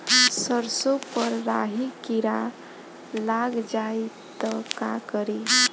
सरसो पर राही किरा लाग जाई त का करी?